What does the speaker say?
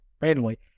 randomly